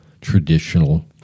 traditional